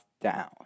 down